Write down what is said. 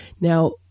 Now